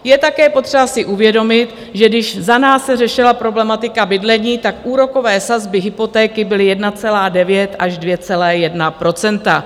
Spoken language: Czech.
Je také potřeba si uvědomit, že když za nás se řešila problematika bydlení, tak úrokové sazby hypotéky byly 1,9 až 2,1 %.